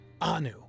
Anu